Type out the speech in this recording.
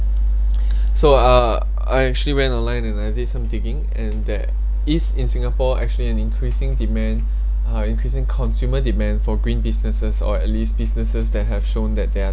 so uh I actually went online and I did some digging and that this in singapore actually an increasing demand uh increasing consumer demand for green businesses or at least businesses that have shown that they're